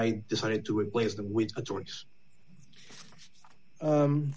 i decided to replace them with a choice